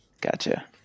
Gotcha